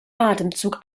atemzug